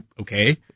okay